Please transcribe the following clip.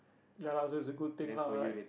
ya lah so it's a good thing lah like